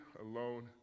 alone